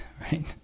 right